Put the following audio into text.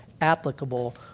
applicable